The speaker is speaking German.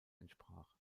entsprach